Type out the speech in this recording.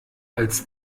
als